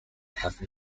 have